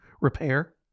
repair